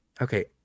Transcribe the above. Okay